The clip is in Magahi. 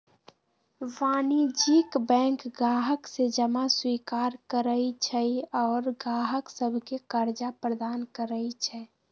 वाणिज्यिक बैंक गाहक से जमा स्वीकार करइ छइ आऽ गाहक सभके करजा प्रदान करइ छै